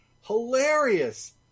hilarious